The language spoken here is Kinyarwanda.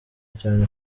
cyane